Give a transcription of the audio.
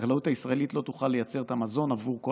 החקלאות הישראלית לא תוכל לייצר את המזון עבור כל